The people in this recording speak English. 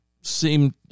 seem